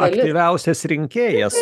aktyviausias rinkėjas